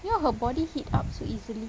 you know her body heat up so easily